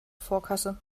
vorkasse